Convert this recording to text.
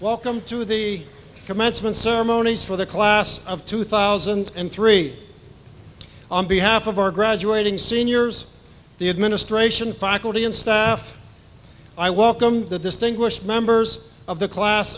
welcome to the commencement ceremonies for the class of two thousand and three on behalf of our graduating seniors the administration faculty and staff i walk i'm the distinguished members of the class